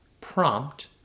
prompt